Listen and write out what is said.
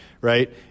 right